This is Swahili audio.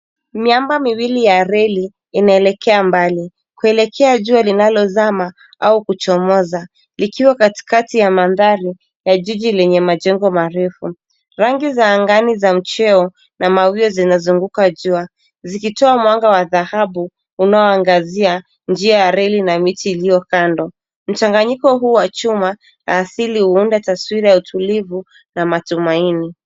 Miamba miwili ya reli inaelekea mbali. Kuelekea jua linalozama au kuchomoza. Ikiwa katikati ya mandhari ya jiji lenye majengo marefu. Rangi za angani za mcheo na mawio zinazunguka jua ,zikitoa mwanga wa dhahabu, Unaoangazia njia ya reli na miti iliyo kando. Mchanganyiko huu wa chuma na asili huunda taswira ya utulivu na matumaini.